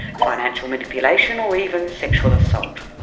financial manipulation or even sexual assault.